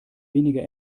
weniger